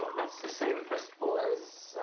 that's the same festival as?